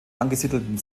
angesiedelten